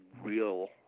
real